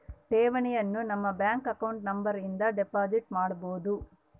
ಠೇವಣಿಯನು ನಮ್ಮ bank account number ಇಂದ ಡೆಪೋಸಿಟ್ ಮಾಡ್ಬೊದು